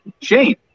shane